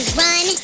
run